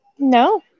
No